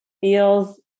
feels